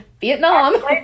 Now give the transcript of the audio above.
Vietnam